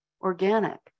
organic